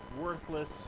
worthless